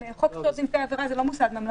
חוק זכויות נפגעי עבירה זה לא מוסד ממלכתי,